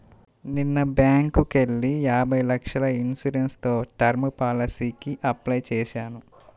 నిన్న బ్యేంకుకెళ్ళి యాభై లక్షల ఇన్సూరెన్స్ తో టర్మ్ పాలసీకి అప్లై చేశాను